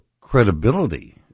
credibility